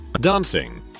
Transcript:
dancing